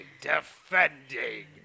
defending